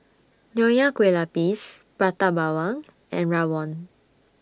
Nonya Kueh Lapis Prata Bawang and Rawon